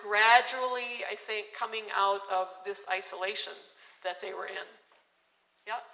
gradually i think coming out of this isolation that they were in